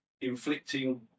inflicting